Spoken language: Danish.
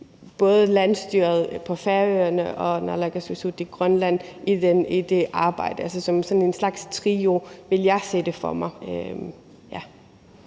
både landsstyret på Færøerne og naalakkersuisut i Grønland i det arbejde – altså som sådan en slags trio vil jeg se det for mig.